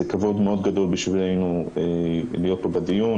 זה כבוד מאוד גדול בשבילנו להיות פה בדיון